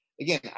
again